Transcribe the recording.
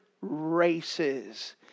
races